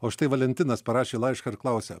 o štai valentinas parašė laišką ir klausia